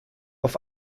auf